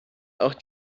auch